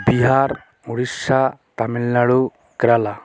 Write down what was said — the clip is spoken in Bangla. বিহার উড়িষ্যা তামিলনাড়ু কেরালা